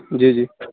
جی جی